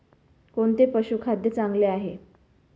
कोणते पशुखाद्य चांगले आहे?